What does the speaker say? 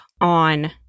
on